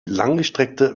langgestreckte